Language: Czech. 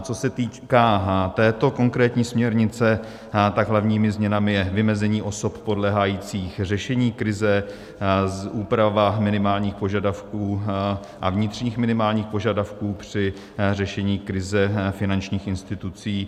Co se týká této konkrétní směrnice, hlavními změnami je vymezení osob podléhajících řešení krize, úprava minimálních požadavků a vnitřních minimálních požadavků při řešení krize finančních institucí.